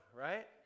right